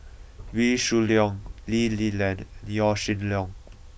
Wee Shoo Leong Lee Li Lian Yaw Shin Leong